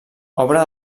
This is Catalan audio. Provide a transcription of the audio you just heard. obra